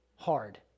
hard